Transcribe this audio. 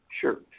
Sure